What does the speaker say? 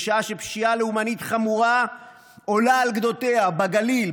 בשעה שפשיעה לאומנית חמורה עולה על גדותיה בגליל,